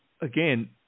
again